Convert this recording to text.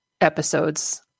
episodes